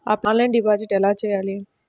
Offline deposit ఎలా చేయాలి?